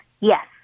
Yes